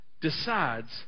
decides